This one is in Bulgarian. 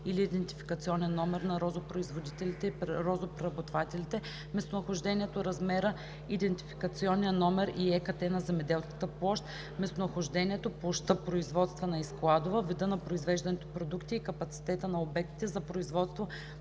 или идентификационен номер, на розопроизводителите и розопреработвателите; местонахождението, размера и идентификационния номер и ЕКАТТЕ на земеделската площ; местонахождението, площта (производствена и складова), вида на произвежданите продукти и капацитета на обектите за производство